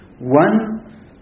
One